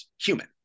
human